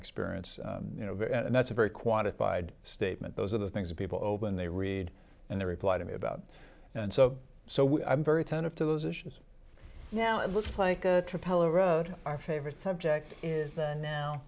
experience you know and that's a very quantified statement those are the things that people open they read and they reply to me about and so so i'm very attentive to those issues now it looks like a propeller wrote our favorite subject is now